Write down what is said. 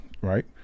right